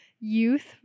Youth